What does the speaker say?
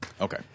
okay